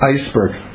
iceberg